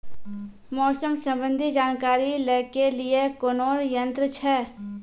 मौसम संबंधी जानकारी ले के लिए कोनोर यन्त्र छ?